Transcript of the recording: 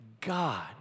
God